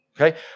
Okay